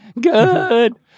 Good